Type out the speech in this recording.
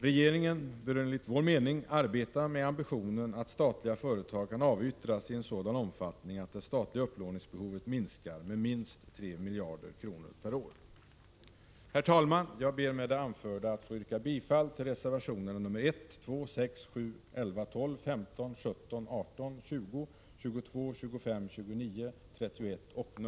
Regeringen bör enligt vår mening arbeta med ambitionen att statliga företag kan avyttras i en sådan omfattning att det statliga upplåningsbehovet minskar med minst 3 miljarder kronor per år. Herr talman! Med det anförda ber jag att få yrka bifall till reservationerna ni 1, 2,6, 7; 11, 12:15; 17, 18, 20; 22, 25, 29, 31 och 33;